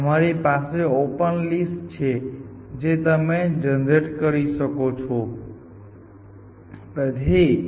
એકવાર તમે લેયર પર પાછા આવી જાઓ અને જો તમે જનરેટ કરો છો તેથી તમે તે નોડ પર જાઓ છો અને તેમના ચાઈલ્ડ ને જનરેટ કરો છો